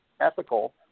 ethical